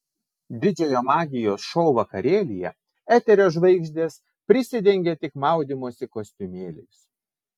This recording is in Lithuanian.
didžiojo magijos šou vakarėlyje eterio žvaigždės prisidengė tik maudymosi kostiumėliais